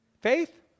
Faith